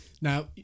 Now